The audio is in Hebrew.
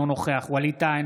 אינו נוכח ווליד טאהא,